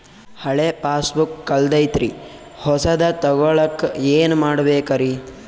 ಹಳೆ ಪಾಸ್ಬುಕ್ ಕಲ್ದೈತ್ರಿ ಹೊಸದ ತಗೊಳಕ್ ಏನ್ ಮಾಡ್ಬೇಕರಿ?